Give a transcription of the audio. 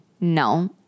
no